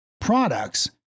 products